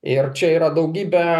ir čia yra daugybė